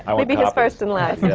i mean you know first and last. yeah